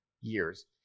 years